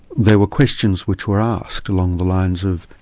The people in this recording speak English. there were questions which were asked along the lines of,